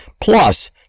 plus